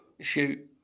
shoot